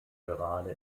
gerade